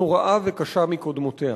נוראה וקשה מקודמותיה.